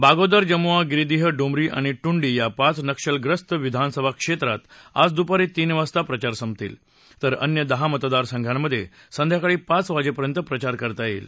बागोदर जमुआ गिरीदीह डुमरी आणि टुंडी या पाच नक्षलग्रस्त विधानसभा क्षेत्रात आज दुपारी तीन वाजता प्रचार संपतील तर अन्य दहा मतदारसंघांमधे संध्याकाळी पाच वाजेपर्यंत प्रचार करता येईल